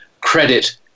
credit